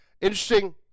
interesting